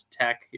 tech